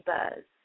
Buzz